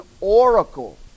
oracle